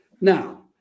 now